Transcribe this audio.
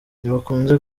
ntibakunze